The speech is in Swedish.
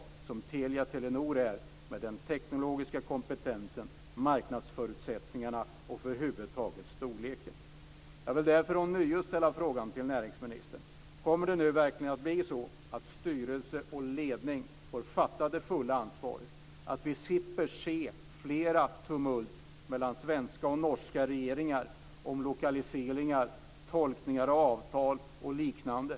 Det är vad Telia/Telenor är med den teknologiska kompetensen, marknadsförutsättningarna och över huvud taget storleken. Jag vill därför ånyo ställa frågan till näringsministern: Kommer det nu verkligen att bli så att styrelse och ledning får ta det fulla ansvaret så att vi slipper se flera tumult mellan de svenska och norska regeringarna om lokaliseringar, tolkningar av avtal och liknande?